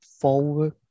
forward